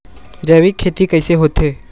जैविक खेती कइसे होथे?